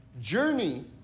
journey